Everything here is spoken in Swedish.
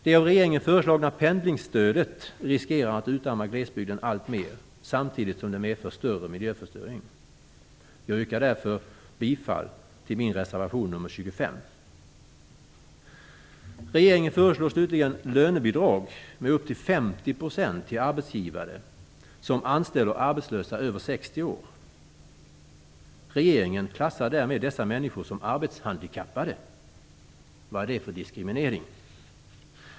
Det av regeringen föreslagna pendlingsstödet riskerar att utarma glesbygden alltmer samtidigt som det medför större miljöförstöring. Jag yrkar därför bifall till min reservation nr 25. Regeringen föreslår slutligen lönebidrag med upp till 50 % till arbetsgivare som anställer arbetslösa över 60 år. Regeringen klassar därmed dessa människor som arbetshandikappade. Vad är det för diskriminering?